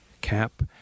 Cap